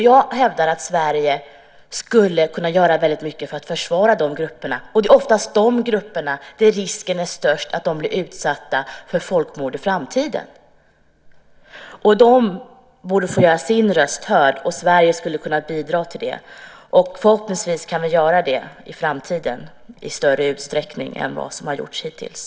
Jag hävdar att Sverige skulle kunna göra väldigt mycket för att försvara de grupperna. Det är oftast de grupperna som löper störst risk att bli utsatta för folkmord i framtiden. De borde få göra sin röst hörd, och Sverige skulle kunna bidra till det. Förhoppningsvis kan vi göra det i framtiden i större utsträckning än vad som har gjorts hittills.